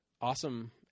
awesome